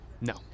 No